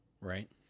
right